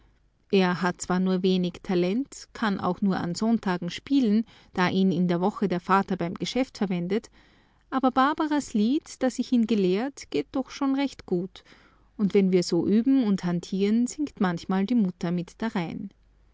er hat zwar nur wenig talent kann auch nur an sonntagen spielen da ihn in der woche der vater beim geschäft verwendet aber barbaras lied das ich ihn gelehrt geht doch schon recht gut und wenn wir so üben und hantieren singt manchmal die mutter mit darein